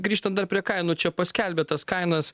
grįžtant dar prie kainų čia paskelbė tas kainas